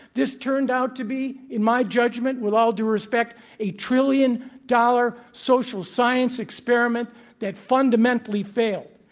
this turned out to be, in my judgment, with all due respect, a trillion dollar social science experiment that fundamentally failed.